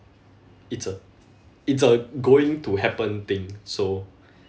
it's a it's a going to happen thing so